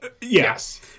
Yes